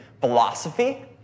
philosophy